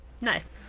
Nice